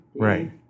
Right